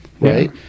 Right